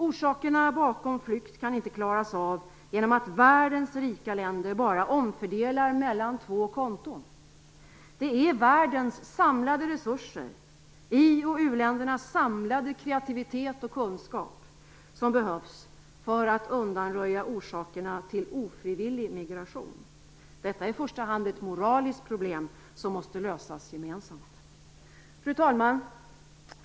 Orsakerna bakom flykt kan inte klaras av genom att världens rika länder bara omfördelar mellan två konton. Det är världens samlade resurser, i och uländernas samlade kreativitet och kunskap som behövs för att undanröja orsakerna till ofrivillig migration. Detta är i första hand ett moraliskt problem som måste lösas gemensamt. Fru talman!